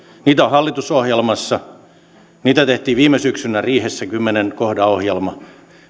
niitä on hallitusohjelmassa niitä tehtiin viime syksynä riihessä kymmenen kohdan ohjelma